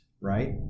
right